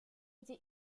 été